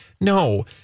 No